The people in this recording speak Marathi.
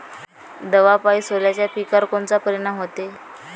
दवापायी सोल्याच्या पिकावर कोनचा परिनाम व्हते?